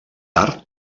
tard